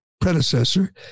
predecessor